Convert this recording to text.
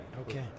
Okay